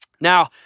Now